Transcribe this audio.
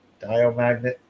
diamagnet